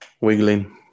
wiggling